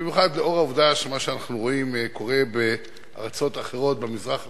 במיוחד לנוכח מה שאנחנו רואים שקורה בארצות אחרות במזרח התיכון,